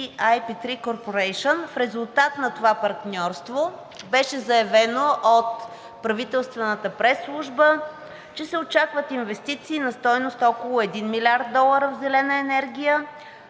IP3 Corporation. В резултат на това партньорство беше заявено от правителствената пресслужба, че се очакват инвестиции на стойност около 1 млрд. долара в зелена енергия.